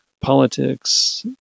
politics